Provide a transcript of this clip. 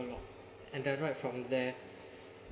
a lot and then right from there